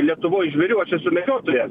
lietuvoj žvėrių aš esu medžiotojas